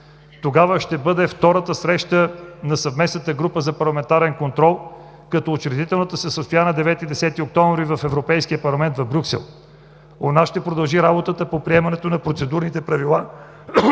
Тогава ще бъде втората среща на Съвместната група за парламентарен контрол, като учредителната се състоя на 9 и 10 октомври в Европейския парламент в Брюксел. У нас ще продължи работата по приемането на процедурните правила